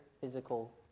physical